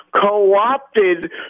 co-opted